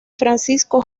francisco